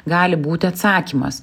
gali būti atsakymas